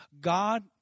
God